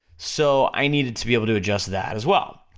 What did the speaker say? so, i needed to be able to adjust that as well.